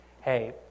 Hey